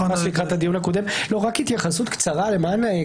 לאור ההתפתחות של האינטרנט,